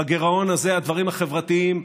בגירעון הזה הדברים החברתיים,